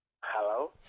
Hello